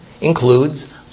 includes